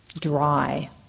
dry